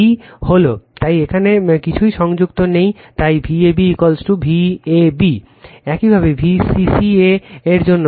B হল তাই এখানে কিছুই সংযুক্ত নেই তাই Vab Vab একইভাবে B cc a এর জন্য